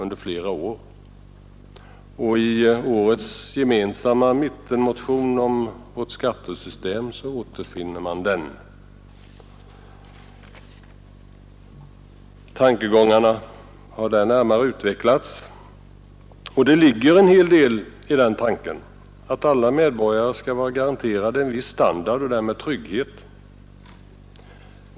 Även i årets gemensamma mittenmotion om vårt skattesystem återfinner man frågan, och tankegångarna har där närmare utvecklats. Det ligger en hel del i tanken att alla medborgare skall vara garanterade en viss standard och trygghet.